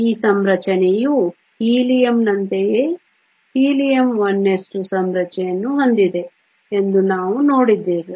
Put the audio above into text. ಈ ಸಂರಚನೆಯು ಹೀಲಿಯಂನಂತೆಯೇ ಹೀಲಿಯಂ 1s2 ಸಂರಚನೆಯನ್ನು ಹೊಂದಿದೆ ಎಂದು ನಾವು ನೋಡಿದ್ದೇವೆ